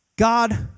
God